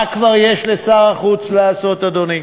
מה כבר יש לשר החוץ לעשות, אדוני?